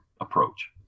approach